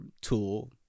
tool